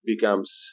becomes